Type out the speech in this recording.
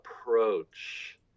approach